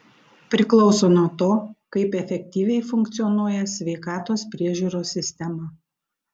priklauso nuo to kaip efektyviai funkcionuoja sveikatos priežiūros sistema